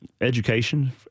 Education